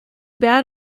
bad